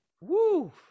Woo